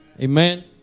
Amen